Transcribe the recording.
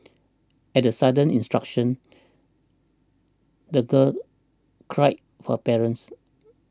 at the sudden intrusion the girl cried for parents